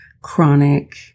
chronic